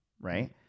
right